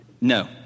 No